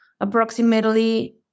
approximately